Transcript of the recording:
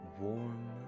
Warm